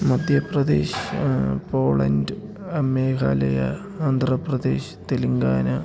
Madhya Pradesh Poland Meghalaya Andhra Pradesh Telangana